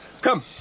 Come